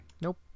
Nope